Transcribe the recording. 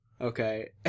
Okay